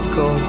go